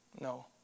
No